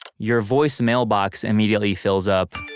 your voice mailbox immediately fills up.